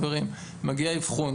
מגיע אבחון,